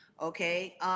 okay